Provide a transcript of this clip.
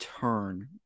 turn